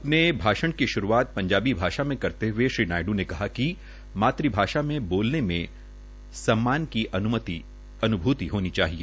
अपने भाषण की शुरूआत पंजाबी भाषा में करते हुए श्री नायड् ने कहा कि मातू भाषा में बोलने में सम्मान की अनुभूति होनी चाहिए